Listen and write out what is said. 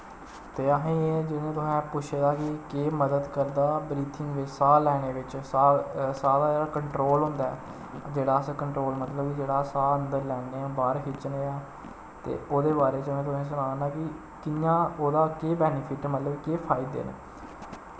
ते असें जियां तुसें पुच्छे दा कि केह् मदद करदा ब्रीथिंग बिच्च साह् लैने बिच्च साह् दा जेह्ड़ा कंट्रोल होंदा ऐ जेह्ड़ा अस कंट्रोल मतलब कि जेह्ड़ा अस साह् अन्दर लैन्ने आं बाह्र खिच्चने आं ते ओह्दे बारे च में तुसें सना करनां कि कि'यां ओह्दा केह् बैनिफिट ऐ मतलब केह् फायदे न